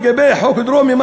מה שאמר לגבי חוק דרומי: